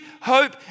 hope